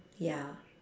ya